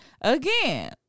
Again